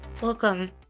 Welcome